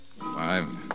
five